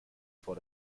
vor